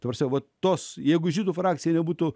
tarp savo tos jeigu žydų frakcija nebūtų